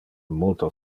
multo